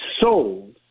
sold